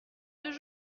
deux